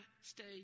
stay